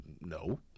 no